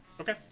Okay